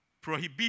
prohibit